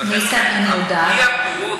ניסן, אני יודעת.